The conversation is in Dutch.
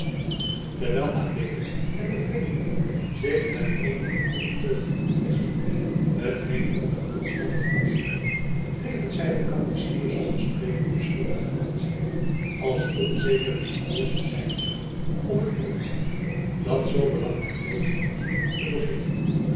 terwijl adeelen en de vreemdeling zich met eenige goede teugen verfrischten t geen de monnik volstandig afsloeg bleven zij elkander schier zonder spreken nieuwsgierig aanzien als onzeker wie de eerste zijn zou om het onderhoud dat zoo belangrijk wezen moest te beginnen